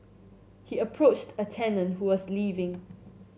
he approached a tenant who was leaving